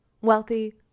wealthy